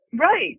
Right